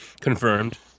confirmed